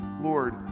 Lord